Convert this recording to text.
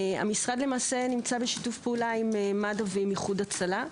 המשרד נמצא בשיתוף פעולה עם מד"א ועם איחוד הצלה.